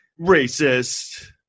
Racist